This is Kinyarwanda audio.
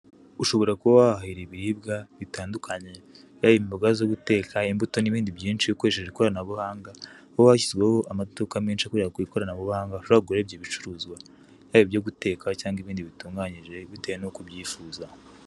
ushobora kuba wahahira ibiribwa bitandukanye, yaba imboga zitandukanye, imbuto n'ibindi byinshi, ukoresheje ikoranabuhanga, aho hashyizweho amaduka menshi akorera ku ikoranabuhanya, ushobora kuguriraho ibyo bicuruzwa, yaba ibyo guteka, cyangwa ibindi bitunganyije, bitewe n'uko ubyifuza.